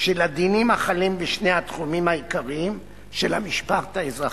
של הדינים החלים בשני התחומים העיקריים של המשפט האזרחי.